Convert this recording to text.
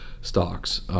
stocks